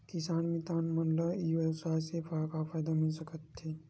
किसान मितान मन ला ई व्यवसाय से का फ़ायदा मिल सकथे?